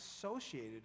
associated